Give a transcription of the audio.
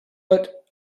but